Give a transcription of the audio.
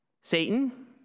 Satan